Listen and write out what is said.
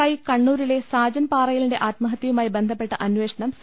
പ്രവാസി വൃവസായി കണ്ണൂരിലെ സാജൻ പാറയിലിന്റെ ആത്മഹത്യയുമായി ബന്ധപ്പെട്ട അന്വേഷണം സി